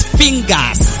fingers